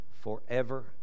forever